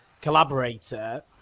Collaborator